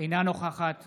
אינה נוכחת